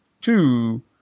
two